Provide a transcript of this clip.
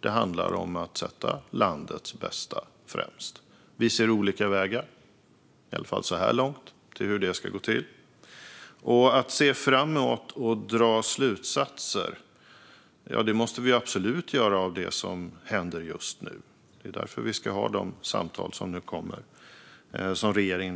Det handlar om att sätta landets bästa främst. Vi ser olika vägar, i alla fall så här långt, när det gäller hur det ska gå till. Att se framåt och dra slutsatser - ja, det måste vi absolut göra av det som händer just nu. Det är därför vi ska ha de samtal som regeringen nu har bjudit in till.